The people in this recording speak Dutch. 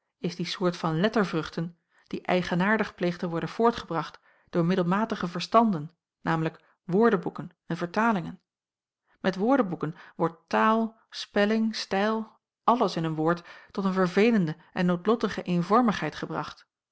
is die soort van lettervruchten die eigenaardig pleegt te worden voortgebracht door middelmatige verstanden nl woordeboeken en vertalingen met woordeboeken wordt taal spelling stijl alles in een woord tot een verveelende en noodlottige eenvormigheid gebracht